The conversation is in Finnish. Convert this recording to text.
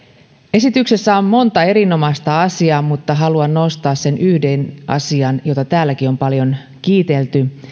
esityksessä on monta erinomaista asiaa mutta haluan nostaa sen yhden asian jota täälläkin on paljon kiitelty